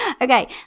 Okay